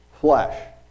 flesh